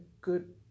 good